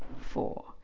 four